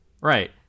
Right